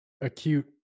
acute